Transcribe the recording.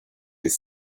that